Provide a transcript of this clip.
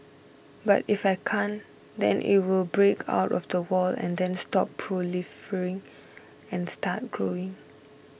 but if I can't then it will break out of the wall and then stop proliferating and start growing